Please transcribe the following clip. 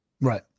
Right